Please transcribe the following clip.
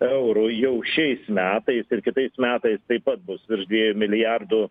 eurų jau šiais metais ir kitais metais taip pat bus virš dviejų milijardų